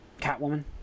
Catwoman